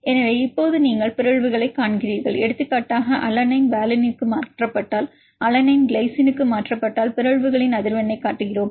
எனவே இப்போது நீங்கள் பிறழ்வுகளைக் காண்கிறீர்கள் எடுத்துக்காட்டாக அலனைன் வலினுக்கு மாற்றப்பட்டால் அலனைன் கிளைசினுக்கு மாற்றப்பட்டால் பிறழ்வுகளின் அதிர்வெண்ணைக் காட்டுகிறோம்